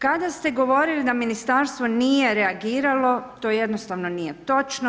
Kada ste govorili da ministarstvo nije reagiralo to jednostavno nije točno.